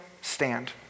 stand